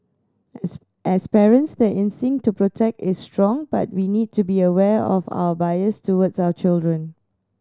as as parents the instinct to protect is strong but we need to be aware of our biases towards our children